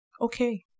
Okay